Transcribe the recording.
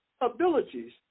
abilities